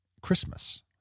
Christmas